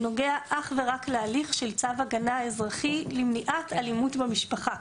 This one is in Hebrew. הוא נוגע אך ורק להליך של צו הגנה אזרחי למניעת אלימות במשפחה.